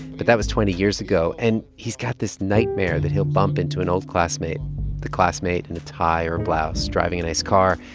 but that was twenty years ago. and he's got this nightmare that he'll bump into an old classmate the classmate in a tie or blouse driving a nice car,